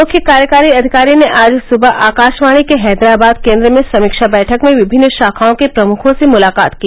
मुख्य कार्यकारी अधिकारी ने आज सुबह आकाशवाणी के हैदराबॉद केन्द्र में समीक्षा बैठक में विभिन्न शाखाओं के प्रमुखों से मुलाकात की